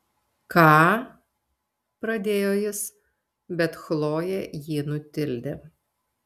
ką pradėjo jis bet chlojė jį nutildė